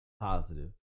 positive